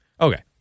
Okay